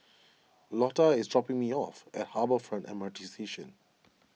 Lotta is dropping me off at Harbour Front M R T Station